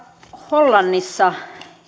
hollannissa